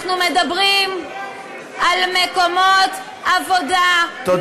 אנחנו מדברים על מקומות עבודה מאוד מסוימים.